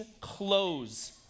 close